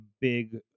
big